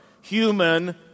human